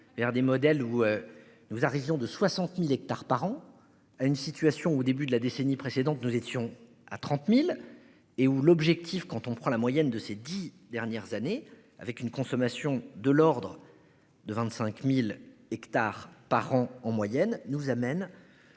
vers des modèles où. Nous arrivions de 60.000 hectares par an à une situation au début de la décennie précédente, nous étions à 30.000 et où l'objectif quand on prend la moyenne de ces 10 dernières années, avec une consommation de l'ordre de 25.000 hectares par an en moyenne nous amène.